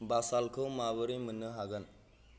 बासाल्टखौ माबोरै मोननो हागोन